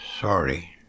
sorry